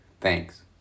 Thanks